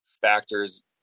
factors